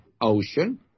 ocean